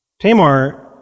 Tamar